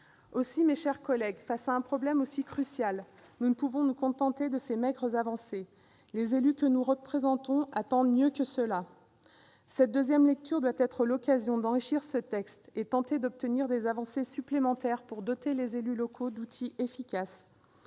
Aussi, mes chers collègues, face à un problème aussi crucial, nous ne pouvons pas nous contenter de ces maigres avancées. Les élus que nous représentons attendent mieux que cela. Cette deuxième lecture doit être l'occasion d'enrichir ce texte et de tenter d'obtenir des avancées supplémentaires pour doter les élus locaux d'outils efficaces.